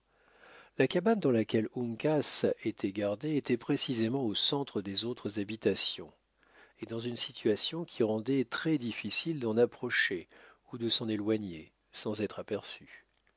la cabane dans laquelle uncas était gardé était précisément au centre des autres habitations et dans une situation qui rendait très difficile d'en approcher ou de s'en éloigner sans être aperçu